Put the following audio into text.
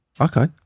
Okay